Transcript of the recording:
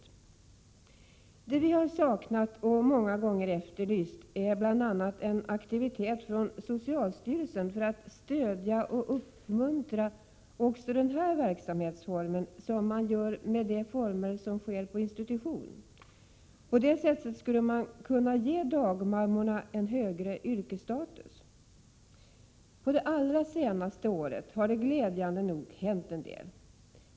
Vad vi, och många med oss, har saknat och många gånger efterlyst är bl.a. ett initiativ från socialstyrelsen för att stödja och uppmuntra också den här verksamhetsformen på samma sätt som man gör med den institutionella omsorgsverksamheten. Därmed skulle man ge dagmammorna en högre yrkesstatus. Under det senaste året har det glädjande nog hänt en del.